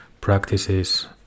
practices